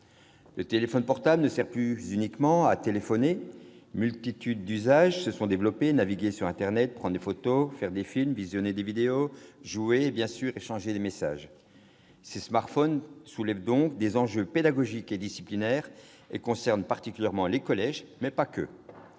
Le téléphone portable ne sert plus uniquement à téléphoner. Une multitude d'usages se sont développés : navigation sur internet, prise de photos, réalisation de films, visionnage de vidéos, jeux et, bien sûr, échange de messages. Ces smartphones soulèvent donc des enjeux pédagogiques et disciplinaires, tout particulièrement au collège, mais pas